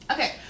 Okay